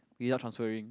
without transferring